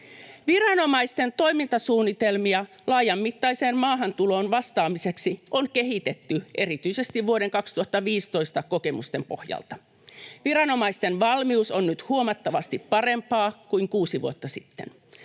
Viranomaisten toimintasuunnitelmia laajamittaiseen maahantuloon vastaamiseksi on kehitetty erityisesti vuoden 2015 kokemusten pohjalta. Viranomaisten valmius on nyt huomattavasti parempaa kuin kuusi vuotta sitten.